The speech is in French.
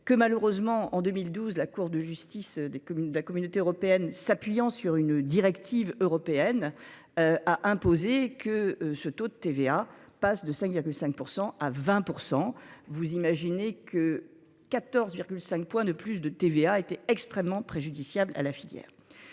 que malheureusement en 2012, la Cour de justice, des communes de la communauté européenne s'appuyant sur une directive européenne. A imposé que ce taux de TVA passe de 5,5% à 20%, vous imaginez que 14,5 points de plus de TVA a été extrêmement préjudiciables à la filière.